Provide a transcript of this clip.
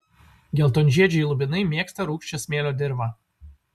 geltonžiedžiai lubinai mėgsta rūgščią smėlio dirvą